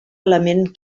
element